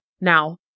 Now